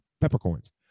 peppercorns